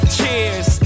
Cheers